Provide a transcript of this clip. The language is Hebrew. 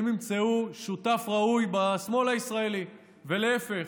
הם ימצאו שותף ראוי בשמאל הישראלי ולהפך.